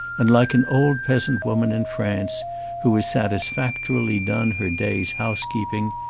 and like an old peasant woman in france who has satis factorily done her day's housekeeping,